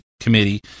Committee